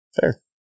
Fair